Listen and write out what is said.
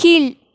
கீழ்